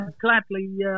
gladly